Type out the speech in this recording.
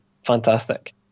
fantastic